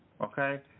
Okay